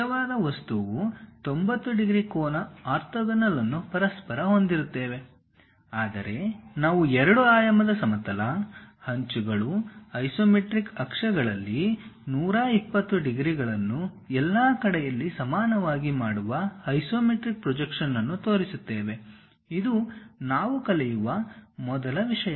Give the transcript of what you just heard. ನಿಜವಾದ ವಸ್ತುವು 90 ಡಿಗ್ರಿ ಕೋನ ಆರ್ಥೋಗೋನಲ್ ಅನ್ನು ಪರಸ್ಪರ ಹೊಂದಿರುತ್ತೇವೆ ಆದರೆ ನಾವು ಎರಡು ಆಯಾಮದ ಸಮತಲ ಅಂಚುಗಳು ಐಸೊಮೆಟ್ರಿಕ್ ಅಕ್ಷದಲ್ಲಿ 120 ಡಿಗ್ರಿಗಳನ್ನು ಎಲ್ಲಾ ಕಡೆಗಳಲ್ಲಿ ಸಮಾನವಾಗಿ ಮಾಡುವ ಐಸೊಮೆಟ್ರಿಕ್ ಪ್ರೊಜೆಕ್ಷನ್ ಅನ್ನು ತೋರಿಸುತ್ತೇವೆ ಇದು ನಾವು ಕಲಿಯುವ ಮೊದಲ ವಿಷಯ